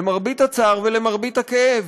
למרבה הצער ולמרבה הכאב.